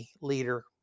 leader